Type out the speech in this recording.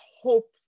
hope